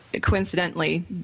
coincidentally